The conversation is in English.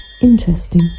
Interesting